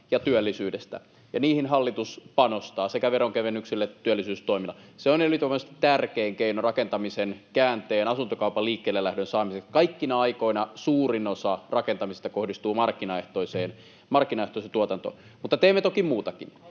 ja työllisyydestä, ja niihin hallitus panostaa sekä veronkevennyksillä että työllisyystoimilla. Se on ylivoimaisesti tärkein keino rakentamisen käänteen, asuntokaupan liikkeellelähdön saamiseksi. Kaikkina aikoina suurin osa rakentamisesta kohdistuu markkinaehtoiseen tuotantoon. Mutta teemme toki muutakin.